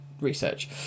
research